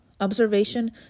observation